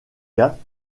ghâts